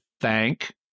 thank